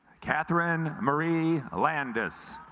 catherine marie landis